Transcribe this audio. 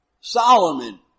Solomon